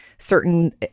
certain